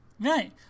right